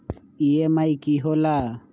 EMI की होला?